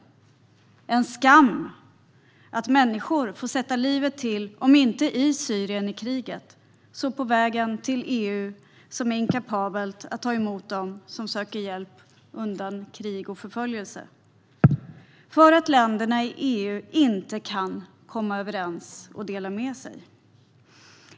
Det är en skam att människor får sätta livet till - om inte i kriget i Syrien så på vägen till EU, som är inkapabelt att ta emot dem som söker hjälp undan krig och förföljelse, då länderna i EU inte kan komma överens och dela med sig.